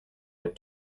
and